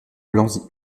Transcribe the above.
blanzy